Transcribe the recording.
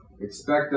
Expect